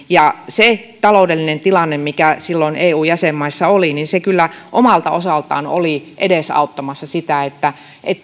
se taloudellinen tilanne mikä silloin eu jäsenmaissa oli kyllä omalta osaltaan oli edesauttamassa sitä että